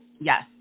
Yes